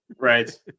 Right